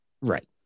Right